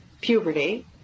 puberty